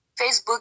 Facebook